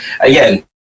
again